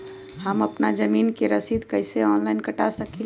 हम अपना जमीन के रसीद कईसे ऑनलाइन कटा सकिले?